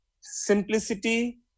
simplicity